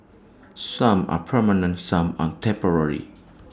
some are permanent some are temporary